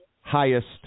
highest